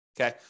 okay